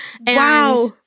Wow